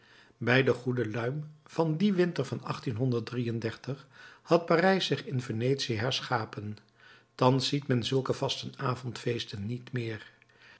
bij den goeden luim van dien winter van had parijs zich in venetië herschapen thans ziet men zulke vastenavondsfeesten niet meer